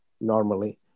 normally